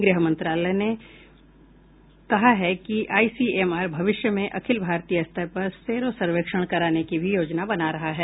गृह मंत्रालय ने कहा है कि आईसीएमआर भविष्य में अखिल भारतीय स्तर पर सेरो सर्वेक्षण कराने की भी योजना बना रहा है